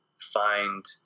find